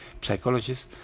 psychologists